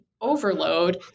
overload